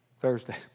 Thursday